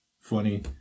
funny